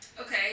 Okay